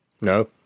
No